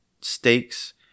stakes